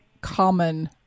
common